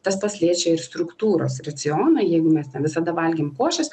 tas pats liečia ir struktūros racioną jeigu mes ten visada valgėm košes